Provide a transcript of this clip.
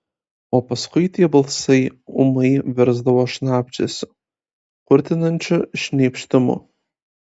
o paskui tie balsai ūmai virsdavo šnabždesiu kurtinančiu šnypštimu